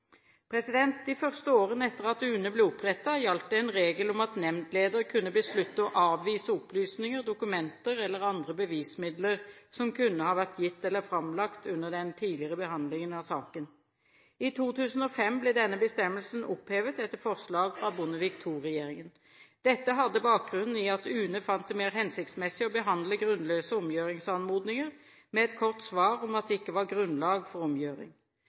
konvensjonsforpliktelsene. De første årene etter at UNE ble opprettet, gjaldt det en regel om at nemndleder kunne beslutte å avvise opplysninger, dokumenter eller andre bevismidler som kunne ha vært gitt eller framlagt under den tidligere behandlingen av saken. I 2005 ble denne bestemmelsen opphevet etter forslag fra Bondevik II-regjeringen. Dette hadde bakgrunn i at UNE fant det mer hensiktsmessig å behandle grunnløse omgjøringsanmodninger med et kort svar om at det ikke var grunnlag for omgjøring.